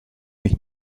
mich